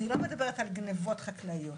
אני לא מדברת על גניבות חקלאיות,